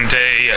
day